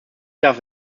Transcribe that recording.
darf